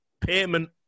payment